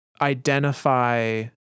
identify